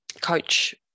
coach